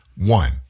One